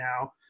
now